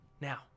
Now